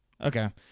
Okay